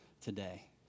today